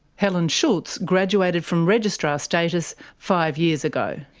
helen schultz graduated from registrar status five years ago.